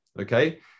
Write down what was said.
Okay